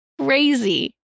Crazy